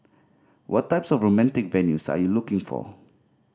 what types of romantic venues are you looking for